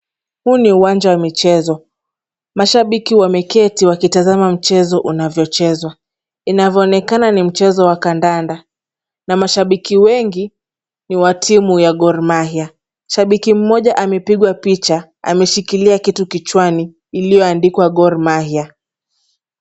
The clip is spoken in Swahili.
Huu ni uwanja wa michezo. Mashabiki wameketi wakitazama mchezo unavyochezwa. Inavyoonekana ni mchezo wa kadanda na mashabiki wengi, ni wa timu ya Gormahia. Shabiki mmoja amepigwa picha ameshikilia kitu kichwani iliyoandikwa GorMahia.